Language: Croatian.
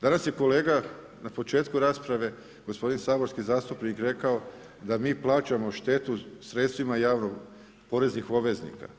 Danas je kolega na početku rasprave, gospodin, saborski zastupnik rekao, da mi plaćamo štetu sredstvima javnih, poreznih obveznika.